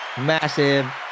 massive